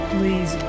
Please